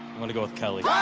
i'm gonna go with kelly. yeah